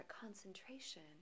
concentration